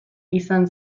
izan